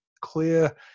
clear